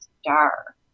star